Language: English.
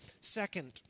Second